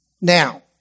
Now